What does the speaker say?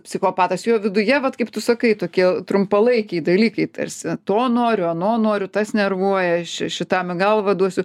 psichopatas jo viduje vat kaip tu sakai tokie trumpalaikiai dalykai tarsi to noriu ano noriu tas nervuoja ši šitam į galvą duosiu